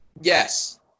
Yes